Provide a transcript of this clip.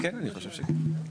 כן, אני חושב שכן.